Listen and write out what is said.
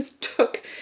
took